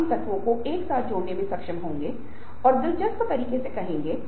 इन दोनों चीजों का गुणक बल तय करता है कि उसके पास कार्य करने के लिए बल होगा या नहीं